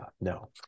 no